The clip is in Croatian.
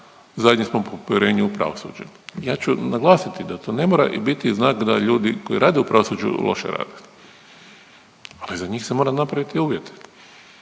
zadnji smo po povjerenju u pravosuđe. Ja ću naglasiti da to ne mora biti znak da ljudi koji rade u pravosuđu loše rade, ali za njih se mora napraviti uvjete.